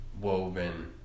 woven